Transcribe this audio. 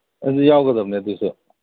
ꯑꯗꯨ ꯌꯥꯎꯒꯗꯝꯅꯦ ꯑꯗꯨꯁꯨ